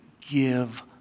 give